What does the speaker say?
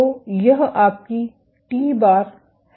तो यह आपकी टी बार t̅ है